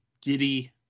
giddy